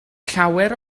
llawer